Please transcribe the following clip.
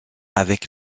avec